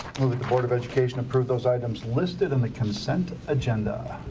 the board of education approve those items listed in the consent agenda.